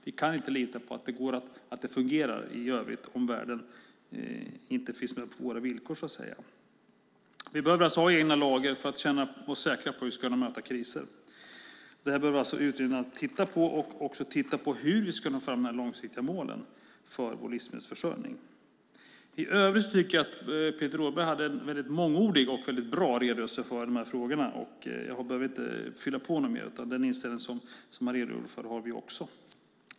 Vi kan inte lita på att det fungerar i övrigt om världen inte är med på våra villkor. Vi behöver alltså ha egna lager för att känna oss säkra på hur vi ska kunna möta kriser. Detta behöver utredningen alltså titta på, och också titta på hur vi ska kunna ha långsiktiga mål för vår livsmedelsförsörjning. I övrigt tycker jag att Peter Rådberg gjorde en mångordig och väldigt bra redogörelse för de här frågorna, och jag behöver inte fylla på mer. Den inställning som han redogjorde för har vi också.